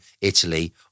Italy